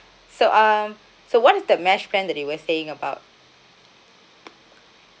so um so what is the mesh plan that you were saying about